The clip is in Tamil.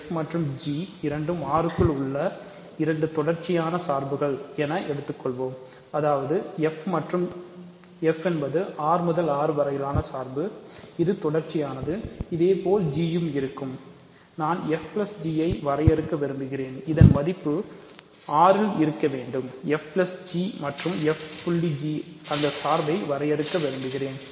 f மற்றும் g இரண்டும் R க்குள் உள்ள இரண்டு தொடர்ச்சியான சார்புகள் வரையறுக்க விரும்புகிறேன்